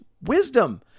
wisdom